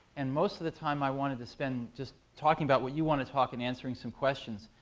and most of the time, i wanted to spend just talking about what you want to talk and answering some questions.